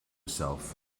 self